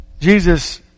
Jesus